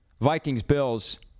Vikings-Bills